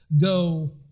Go